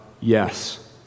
yes